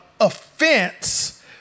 offense